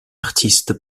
artiste